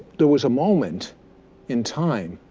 there was a moment in time